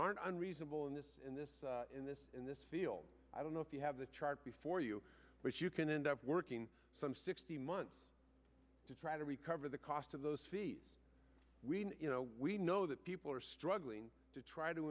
are not unreasonable in this in this in this in this field i don't know if you have the chart before you but you can end up working some sixty months to try to recover the cost of those fees you know we know that people are struggling to try to